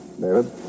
David